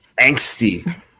Angsty